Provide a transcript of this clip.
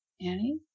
Annie